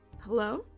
Hello